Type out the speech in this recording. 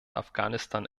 afghanistan